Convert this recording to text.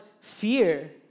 fear